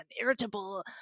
irritable